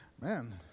Man